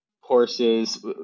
courses